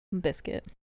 biscuit